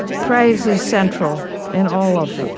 praise is central in all of them